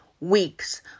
weeks